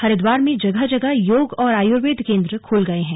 हरिद्वार में जगह जगह योग और आयुर्वेद केंद्र खुल गए हैं